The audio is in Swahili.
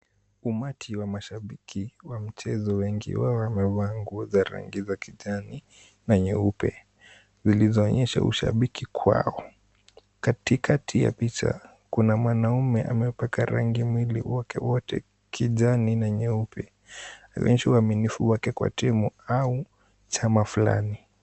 Umati wa mashabiki wa mchezo, wengi wao wamevaa nguo za rangi ya kijani na nyeupe zilizoonyesha ushabiki kwao. Katikati ya picha, kuna mwanaume amepaka rangi mwili wake wote kijani na nyeupe, akionyesha uaminifu wake kwa timu au chama fulani .